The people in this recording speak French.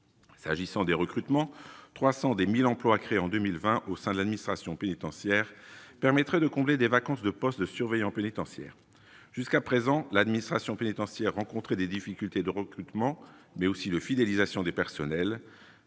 s'agissant des recrutements, 300 des 1000 emplois créés en 2020, au sein de l'administration pénitentiaire permettrait de combler des vacances de postes de surveillants pénitentiaires jusqu'à présent, l'administration pénitentiaire, rencontrer des difficultés de recrutement, mais aussi de fidélisation des personnels,